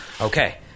Okay